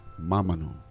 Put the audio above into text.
Mamanu